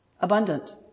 abundant